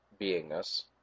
beingness